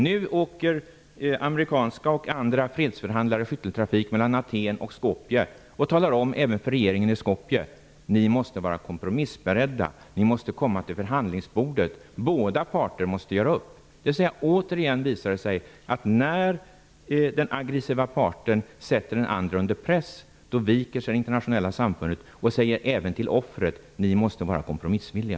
Nu åker amerikanska och andra fredsförhandlare i skytteltrafik mellan Athen och Skopje och talar om även för regeringen i Skopje att man måste vara kompromissberedd. Man måste komma till förhandlingsbordet. Båda parter måste göra upp. Alltså: Återigen visar det sig att när den aggressiva parten sätter den andra under press, viker sig det internationella samfundet och säger även till offret: Ni måste vara kompromissvilliga!